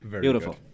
Beautiful